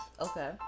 Okay